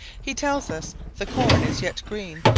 he tells us the corn is yet green,